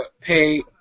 pay